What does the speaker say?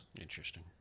Interesting